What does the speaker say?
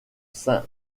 saint